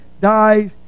dies